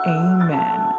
amen